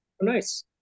Nice